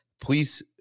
Please